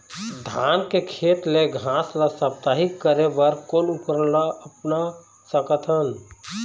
धान के खेत ले घास ला साप्ताहिक करे बर कोन उपकरण ला अपना सकथन?